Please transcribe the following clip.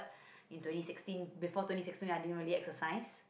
in twenty sixteen before twenty sixteen I didn't really exercise